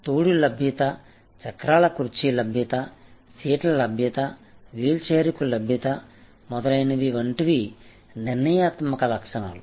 తోడు లభ్యత చక్రాల కుర్చీ లభ్యత సీట్ల లభ్యత వీల్చైర్కు లభ్యత మొదలైనవి వంటివి నిర్ణయాత్మక లక్షణాలు